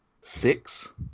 six